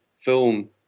film